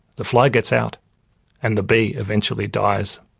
the fly gets out and the bee eventually dies.